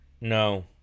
No